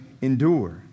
Endure